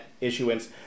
issuance